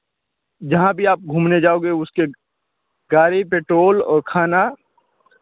जहाँ भी आप घूमने जाओगे उसके गाड़ी पेट्रोल और खाना